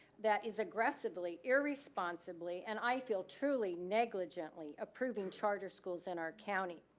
that is aggressively, irresponsibly, and i feel, truly negligently approving charter schools in our county,